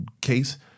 case